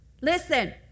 listen